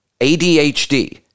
ADHD